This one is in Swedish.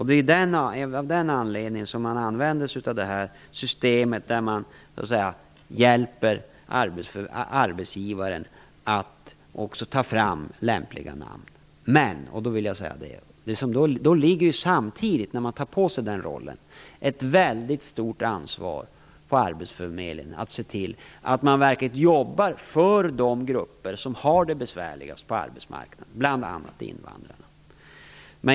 Det är av den anledningen som man använder sig av ett system där man hjälper arbetsgivaren att ta fram lämpliga namn. När man tar på sig den rollen får man samtidigt ett väldigt stort ansvar när det gäller att verkligen jobba för de grupper som har det besvärligast på arbetsmarknaden, bl.a. invandrarna.